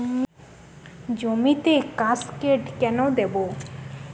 জমিতে কাসকেড কেন দেবো?